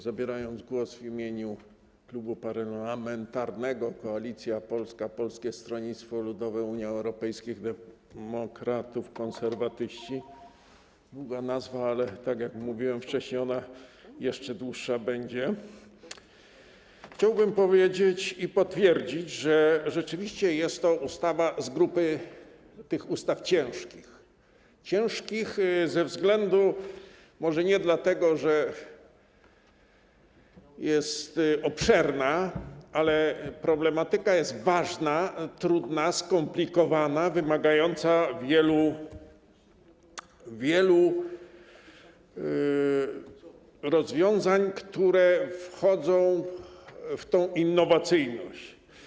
Zabierając głos w imieniu Klubu Parlamentarnego Koalicja Polska - Polskie Stronnictwo Ludowe, Unia Europejskich Demokratów, Konserwatyści - długa nazwa, ale tak jak mówiłem wcześniej, ona będzie jeszcze dłuższa - chciałbym powiedzieć i potwierdzić, że rzeczywiście jest to ustawa z grupy ustaw ciężkich, może nie dlatego, że jest obszerna, ale problematyka jest ważna, trudna, skomplikowana, wymagająca wielu rozwiązań, które niosą tę innowacyjność.